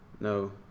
No